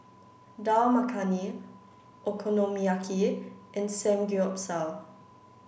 Dal Makhani Okonomiyaki and Samgeyopsal